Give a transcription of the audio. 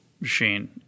machine